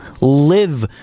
live